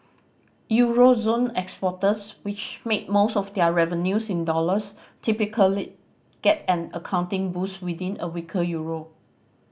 euro zone exporters which make most of their revenues in dollars typically get an accounting boost within a weaker euro